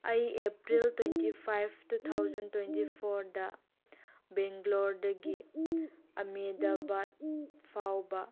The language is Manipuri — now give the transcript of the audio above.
ꯑꯩ April twenty five two thousand twenty ꯐꯣꯔꯗ ꯕꯦꯡꯒ꯭ꯂꯣꯔꯗꯒꯤ ꯑꯃꯦꯗꯕꯥꯠ ꯐꯥꯎꯕ